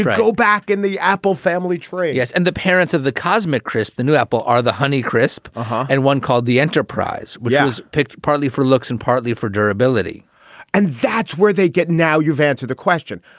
oh, back in the apple family tree yes. and the parents of the cosmic crisp, the new apple are the honeycrisp um ah and one called the enterprise, which was picked partly for looks and partly for durability and that's where they get. now, you've answered the question.